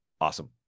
Awesome